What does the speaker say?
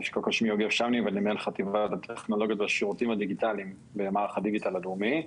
אני מנהל חטיבת הטכנולוגיות והשירותים הדיגיטליים במערך הדיגיטל הלאומי.